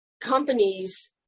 companies